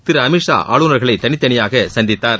திரு அமித் ஷா ஆளுநர்களை தனித்தனியே சந்தித்தார்